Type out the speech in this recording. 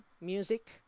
music